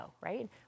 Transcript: right